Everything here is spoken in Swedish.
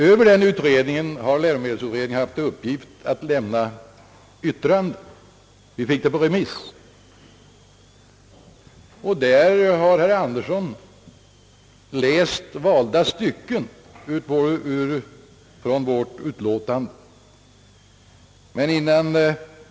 Läromedelsutredningen hade i uppdrag att avge yttrande över detta förslag. Vi fick det alltså på remiss. Herr Andersson läste valda stycken ur vårt utlåtande.